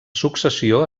successió